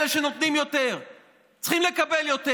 אלה שנותנים יותר צריכים לקבל יותר,